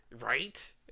right